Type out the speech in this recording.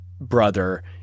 brother